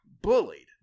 bullied